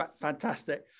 Fantastic